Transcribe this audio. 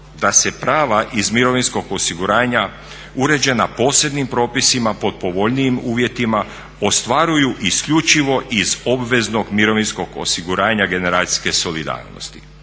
da se prava iz mirovinskog osiguranja uređena posebnim propisima pod povoljnijim uvjetima ostvaruju isključivo iz obveznog mirovinskog osiguranja generacijske solidarnosti.